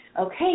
Okay